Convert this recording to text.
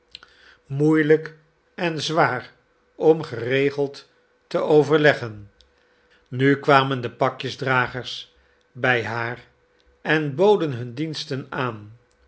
moeielijk en zwaar om geregeld te overleggen nu kwamen de pakjesdragers bij haar en boden hun diensten aan